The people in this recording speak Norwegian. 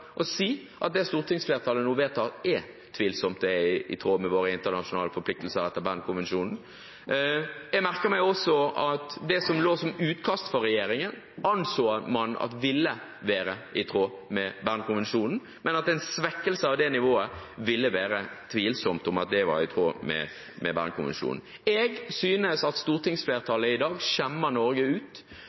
og si at det stortingsflertallet nå vedtar, er det tvilsomt om er i tråd med våre internasjonale forpliktelser etter Bern-konvensjonen. Jeg merker meg også at utkastet fra regjeringen anså man ville være i tråd med Bern-konvensjonen, men at en svekkelse av det nivået ville det være tvilsomt om var i tråd med Bern-konvensjonen. Jeg synes at stortingsflertallet i dag skjemmer Norge ut